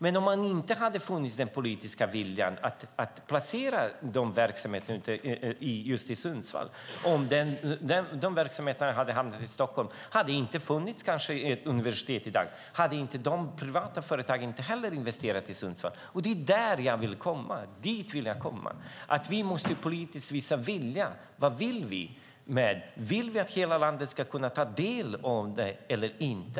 Men om den politiska viljan att placera dessa verksamheter just i Sundsvall inte hade funnits och om de här verksamheterna hade hamnat i Stockholm hade det kanske inte funnits ett universitet i dag. Då hade inte heller de privata företagen investerat i Sundsvall. Det är dit jag vill komma. Vi måste visa en politisk vilja. Vad vill vi? Vill vi att hela landet ska kunna ta del av detta eller inte?